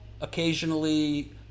Occasionally